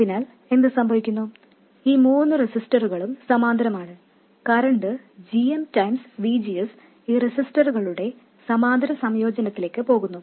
അതിനാൽ എന്ത് സംഭവിക്കുന്നു ഈ മൂന്ന് റെസിസ്റ്ററുകളും സമാന്തരമാണ് current g m V G S ഈ റെസിസ്റ്ററുകളുടെ സമാന്തര സംയോജനത്തിലേക്ക് പോകുന്നു